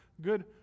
good